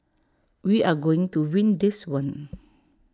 we are going to win this one